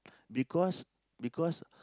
because because